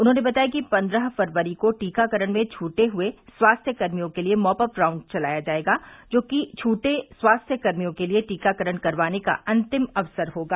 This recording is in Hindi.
उन्होंने बताया कि पन्द्रह फरवरी को टीकाकरण में छटे हए स्वास्थ्य कर्मियों के लिये मोपअप राउंड चलाया जायेगा जोकि छटे हए स्वास्थ्य कर्मियों के लिये टीकाकरण करवाने का अंतिम अवसर होगा